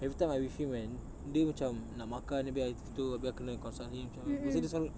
every time I with him kan dia macam nak makan habis I gitu habis aku kena consult him macam this kind this kind